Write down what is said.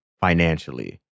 financially